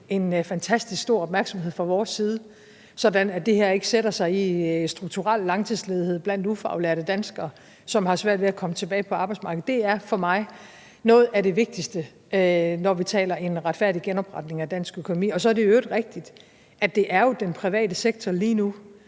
en fantastisk stor opmærksomhed fra vores side, sådan at det her ikke sætter sig i strukturel langtidsledighed blandt ufaglærte danskere, som har svært ved at komme tilbage på arbejdsmarkedet. Det er for mig noget af det vigtigste, når vi taler om en retfærdig genopretning af dansk økonomi. Så er det i øvrigt rigtigt, at det jo er den private sektor lige nu,